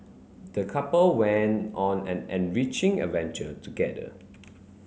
the couple went on an enriching adventure together